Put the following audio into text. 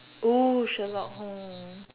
oh Sherlock Holmes